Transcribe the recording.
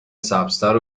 سبزتر